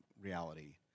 reality